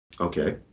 Okay